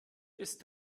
ist